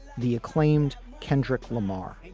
the acclaimed kendrick lamar